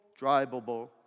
drivable